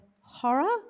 horror